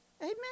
Amen